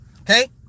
Okay